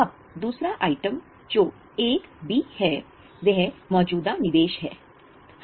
अब दूसरा आइटम जो 1 है वह मौजूदा निवेश है